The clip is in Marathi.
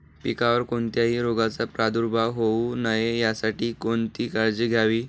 पिकावर कोणत्याही रोगाचा प्रादुर्भाव होऊ नये यासाठी कोणती काळजी घ्यावी?